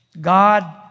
god